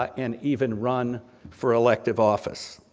and even run for elective office,